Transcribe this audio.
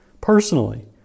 personally